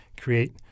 create